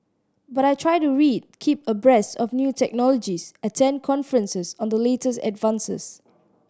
but I try to read keep abreast of new technologies attend conferences on the latest advances